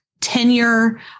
tenure